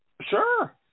Sure